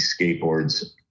skateboards